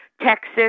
Texas